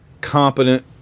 competent